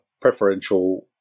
preferential